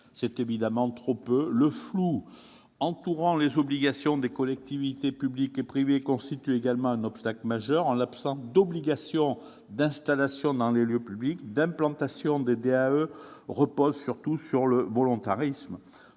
C'est évidemment trop peu. Le flou entourant les obligations des collectivités publiques et privées constitue également un obstacle majeur. En l'absence d'obligation d'installation dans les lieux publics, l'implantation des DAE repose surtout sur le volontarisme.